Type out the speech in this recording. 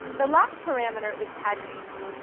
the last parameter is paginates.